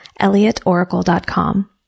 ElliotOracle.com